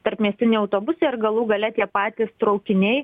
tarpmiestiniai autobusai ar galų gale tie patys traukiniai